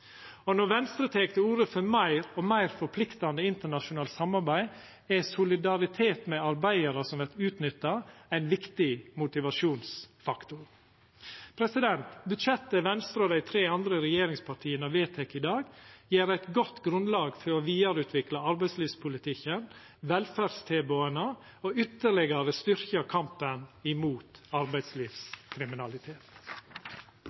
landa. Når Venstre tek til orde for meir og meir forpliktande internasjonalt samarbeid, er solidaritet med arbeidarar som vert utnytta, ein viktig motivasjonsfaktor. Budsjettet Venstre og dei tre andre regjeringspartia vedtek i dag, gjev eit godt grunnlag for å vidareutvikla arbeidslivspolitikken, velferdstilboda og ytterlegare styrkja kampen